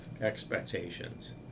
expectations